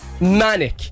manic